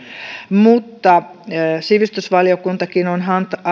mutta sivistysvaliokuntakin on